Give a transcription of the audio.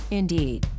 indeed